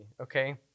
okay